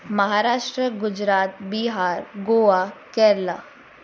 Maharashtra Gujarat Bihar Goa Kerala